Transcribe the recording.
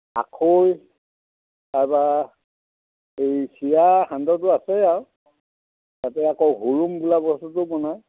আখৈ তাৰপা এই চিৰা সান্দহটো আছেই আৰু তাতে আকৌ হুৰুম বোলা বস্তুটো বনায়